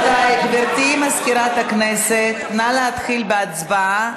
גברתי מזכירת הכנסת, נא להתחיל בהצבעה.